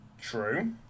True